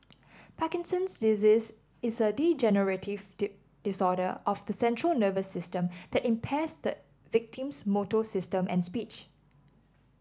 Parkinson's disease is a degenerative disorder of the central nervous system that impairs the victim's motor system and speech